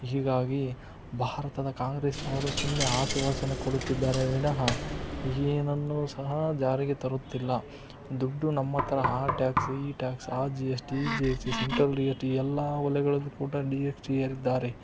ಹೀಗಾಗಿ ಭಾರತದ ಕಾಂಗ್ರೆಸ್ನವರು ಸುಮ್ಮನೆ ಆಶ್ವಾಸನೆ ಕೊಡುತ್ತಿದ್ದಾರೇ ವಿನಹ ಏನನ್ನೂ ಸಹ ಜಾರಿಗೆ ತರುತ್ತಿಲ್ಲ ದುಡ್ಡು ನಮ್ಮ ಹತ್ತಿರ ಆ ಟ್ಯಾಕ್ಸು ಈ ಟ್ಯಾಕ್ಸ್ ಆ ಜಿ ಎಸ್ ಟಿ ಈ ಜಿ ಎಸ್ ಟಿ ಸೆಂಟ್ರಲ್ ಎಲ್ಲ ವಲಯಗಳಲ್ಲೂ ಕೂಡ ಡಿ ಎಸ್ ಟಿ ಹೇರಿದ್ದಾರೆ